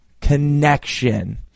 connection